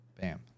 Bam